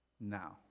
now